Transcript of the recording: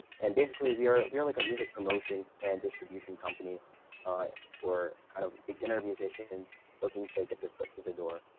and basically we are we are like a music promotion and distribution company for kind of beginner musicians looking to get their foot through the door.